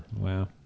Wow